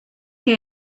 que